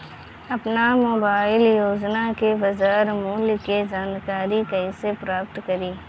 आपन मोबाइल रोजना के बाजार मुल्य के जानकारी कइसे प्राप्त करी?